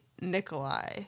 Nikolai